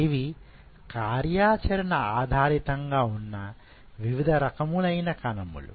ఇవి కార్యాచరణ ఆధారితంగా ఉన్న వివిధ రకములైన కణములు